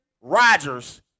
Rodgers